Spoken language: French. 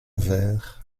verre